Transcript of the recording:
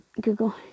Google